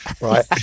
right